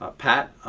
ah pat,